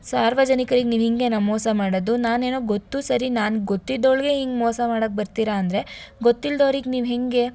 ಸಾರ್ವಜನಿಕರಿಗೆ ನೀವು ಹೀಗೇನ ಮೋಸ ಮಾಡೋದು ನಾನೇನೊ ಗೊತ್ತು ಸರಿ ನಾನು ಗೊತ್ತಿದ್ದವ್ಳಿಗೆ ಹಿಂಗ್ ಮೋಸ ಮಾಡಕೆ ಬರ್ತೀರಾ ಅಂದರೆ ಗೊತ್ತಿಲ್ದವ್ರಿಗೆ ನೀವು ಹೇಗೆ